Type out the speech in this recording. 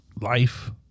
life